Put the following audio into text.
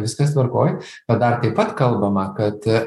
viskas tvarkoj o dar taip pat kalbama kad